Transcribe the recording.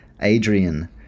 Adrian